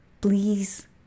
please